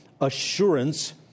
Assurance